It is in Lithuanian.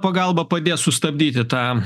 pagalba padės sustabdyti tą